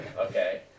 Okay